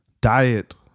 Diet